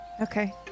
Okay